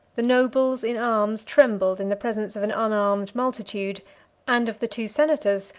the nobles in arms trembled in the presence of an unarmed multitude and of the two senators,